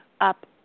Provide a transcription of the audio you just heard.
up